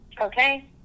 Okay